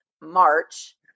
March